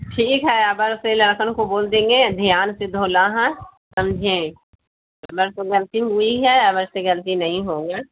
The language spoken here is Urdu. ٹھیک ہے ابگر سے لڑکن کو بول دیں گے دھیان سے دھولا ہاں سمجھیں ایک بار تو غلطی ہوئی ہے ابگر سے غلطی نہیں ہوگا